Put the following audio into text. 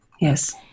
Yes